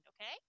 okay